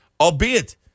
Albeit